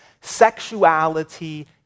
sexuality